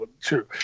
true